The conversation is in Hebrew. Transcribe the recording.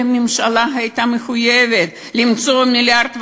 והממשלה הייתה מחויבת למצוא מיליארד וחצי,